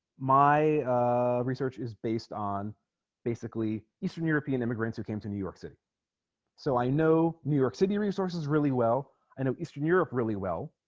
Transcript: my research is based on basically eastern european immigrants who came to new york city so i know new york city resources really well i know eastern europe really well